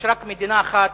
יש רק מדינה אחת,